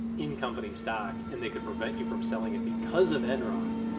in company stock and they could prevent you from selling it because of enron.